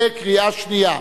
בקריאה שנייה.